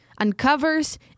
uncovers